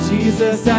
Jesus